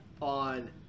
on